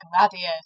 Gladiator